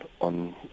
on